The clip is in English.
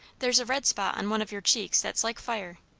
there's a red spot on one of your cheeks that's like fire.